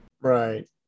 Right